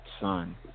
Son